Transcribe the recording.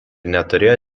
neturėjo